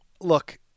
Look